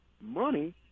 money